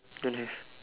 don't have